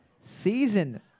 season